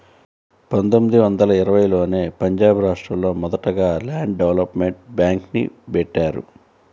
పందొమ్మిది వందల ఇరవైలోనే పంజాబ్ రాష్టంలో మొదటగా ల్యాండ్ డెవలప్మెంట్ బ్యేంక్ని బెట్టారు